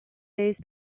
days